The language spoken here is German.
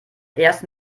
erst